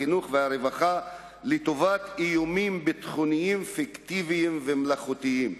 החינוך והרווחה לטובת איומים ביטחוניים פיקטיביים ומלאכותיים.